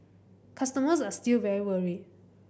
customers are still very worried